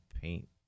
paint